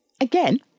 Again